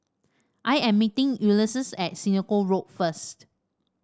I am meeting Ulysses at Senoko Road first